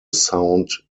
sound